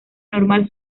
normal